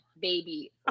baby